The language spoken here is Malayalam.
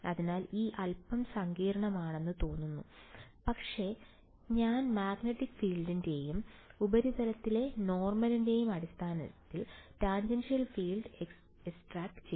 അതിനാൽ ഇത് അൽപ്പം സങ്കീർണ്ണമാണെന്ന് തോന്നുന്നു പക്ഷേ ഞാൻ മാഗ്നെറ്റിക് ഫീൽഡ്ന്റെയും ഉപരിതലത്തിൻറെ നോർമൽൻറെയും അടിസ്ഥാനത്തിൽ ടാൻജൻഷ്യൽ ഫീൽഡ് എക്സ്ട്രാക്റ്റു ചെയ്തു